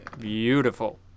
Beautiful